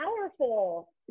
powerful